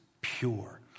pure